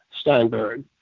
Steinberg